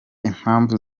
impamvu